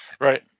Right